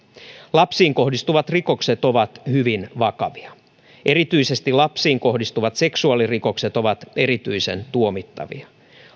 lapsiin kohdistuvat rikokset ovat hyvin vakavia erityisesti lapsiin kohdistuvat seksuaalirikokset ovat erityisen tuomittavia